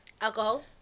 alcohol